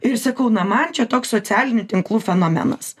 ir sakau na man čia toks socialinių tinklų fenomenas